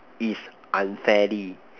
is unfairly